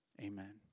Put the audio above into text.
amen